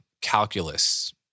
calculus